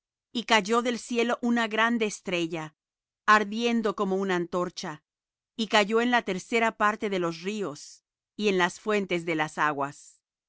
y cayó del cielo una grande estrella ardiendo como una antorcha y cayó en la tercera parte de los rios y en las fuentes de las aguas